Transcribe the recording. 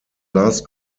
last